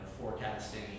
forecasting